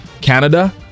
Canada